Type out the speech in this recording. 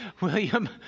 William